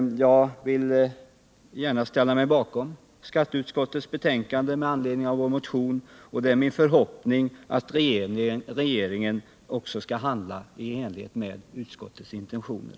Jag vill gärna ställa mig bakom skatteutskottets betänkande med anledning av vår motion, och det är min förhoppning att regeringen också skall handla i enlighet med utskottets intentioner.